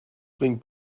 bring